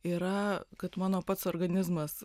yra kad mano pats organizmas